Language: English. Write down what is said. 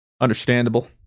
Understandable